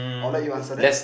I'll let you answer that